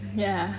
ya